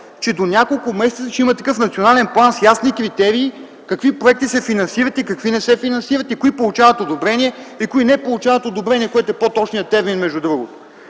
че до няколко месеца ще има такъв национален план с ясни критерии какви проекти се финансират, какви не се финансират, кои получават и кои не получават одобрение – което, между другото,